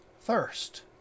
thirst